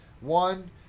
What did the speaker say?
One